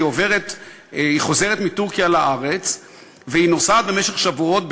היא חוזרת מטורקיה לארץ והיא נוסעת בדרך במשך שבועות,